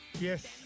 Yes